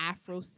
Afro